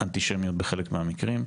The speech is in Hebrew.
ואנטישמיות בחלק מהמקרים.